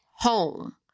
home